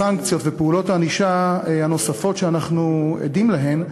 הסנקציות ופעולות הענישה הנוספות שאנחנו עדים להן,